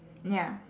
ya